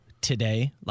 today